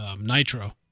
Nitro